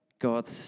God